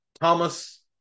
Thomas